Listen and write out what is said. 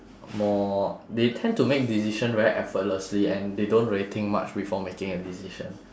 more they tend to make decision very effortlessly and they don't really think much before making a decision